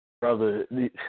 Brother